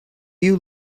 you